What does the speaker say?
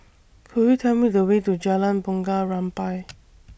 Could YOU Tell Me The Way to Jalan Bunga Rampai